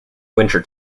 winter